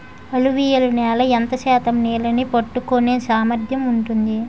అలువియలు నేల ఎంత శాతం నీళ్ళని పట్టుకొనే సామర్థ్యం ఉంటుంది?